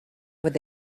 with